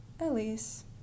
Elise